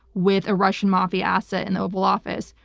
with a russian mafia asset in the oval office,